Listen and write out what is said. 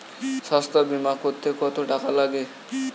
স্বাস্থ্যবীমা করতে কত টাকা লাগে?